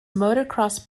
motocross